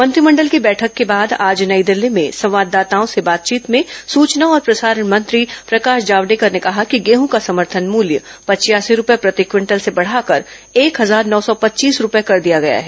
मंत्रिमंडल की बैठक के बाद आज नई दिल्ली में संवाददाताओं से बातचीत में सुचना और प्रसारण मंत्री प्रकाश जावडेकर ने कहा कि गेंह का समर्थन मूल्य पचयासी रुपए प्रति क्विंटल से बढाकर एक हजार नौ सौ पच्चीस रुपए कर दिया गया है